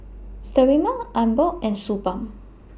Sterimar Abbott and Suu Balm